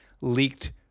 leaked